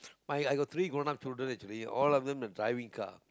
my I got three grown up children actually all of them are driving car